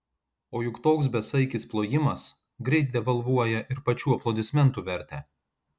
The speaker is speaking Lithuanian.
o juk toks besaikis plojimas greit devalvuoja ir pačių aplodismentų vertę